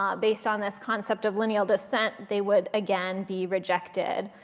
um based on this concept of lineal descent, they would again be rejected.